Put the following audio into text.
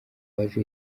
waje